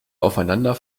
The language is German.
aufeinander